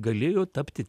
galėjo tapti